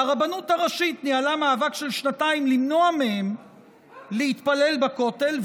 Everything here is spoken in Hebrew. והרבנות הראשית ניהלה מאבק של שנתיים למנוע מהם להתפלל בכותל,